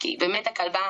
והיא: